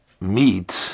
meat